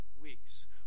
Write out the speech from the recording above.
weeks